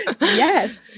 Yes